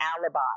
alibi